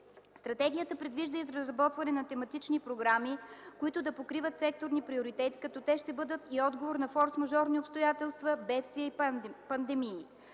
Стратегията предвижда и разработване на тематични програми, които ще покриват секторни приоритети, като те ще бъдат и отговор на форсмажорни обстоятелства, бедствия и пандемии.